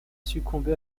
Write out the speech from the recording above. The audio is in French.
succombé